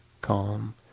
calm